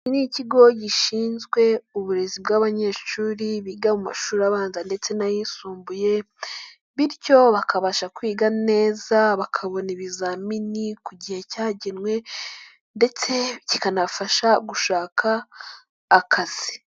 Ni ikigo gishinzwe uburezi bw'abanyeshuri biga mu mashuri abanza ndetse n'ayisumbuye, bityo bakabasha kwiga neza bakabona ibizamini ku gihe cyagenwe, ndetse kikanafasha gushaka akazi.